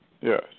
Yes